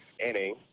inning